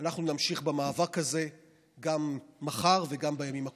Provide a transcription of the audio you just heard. אנחנו נמשיך במאבק הזה גם מחר וגם בימים הקרובים.